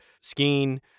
skiing